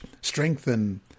strengthen